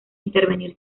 intervenir